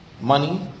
money